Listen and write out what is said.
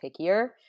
pickier